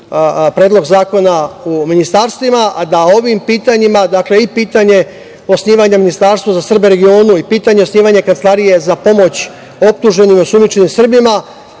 Predlog zakona o ministarstvima, a da ovim pitanjima i pitanje osnivanje ministarstva za Srbe u regionu i pitanje osnivanja kancelarije za pomoć optuženim i osumnjičenim Srbima